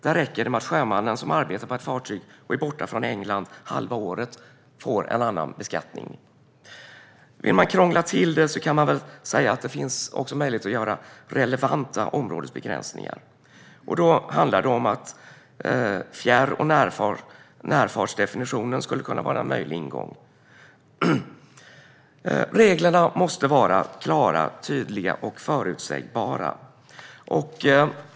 Där räcker det att sjömannen som arbetar på ett fartyg är borta från England halva året för att få en annan beskattning. Vill man krångla till det finns det också möjligheter att göra relevanta områdesbegränsningar. Då skulle fjärr och närfartsdefinitionen kunna vara en möjlig ingång. Reglerna måste vara klara, tydliga och förutsägbara.